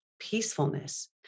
peacefulness